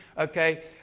okay